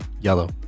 Yellow